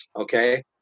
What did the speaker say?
Okay